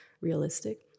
realistic